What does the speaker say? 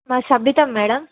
మాది సభితను మ్యాడమ్